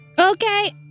okay